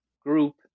group